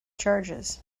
charges